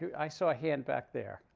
i saw a hand back there.